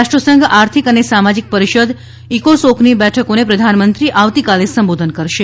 રાષ્ટ્રસંઘ આર્થિક અને સામાજીક પરિષદ ઇકોસોકની બેઠકોને પ્રધાનમંત્રી આવતીકાલે સંબોધન કરશે